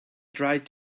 dried